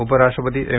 उप राष्ट्रपती एम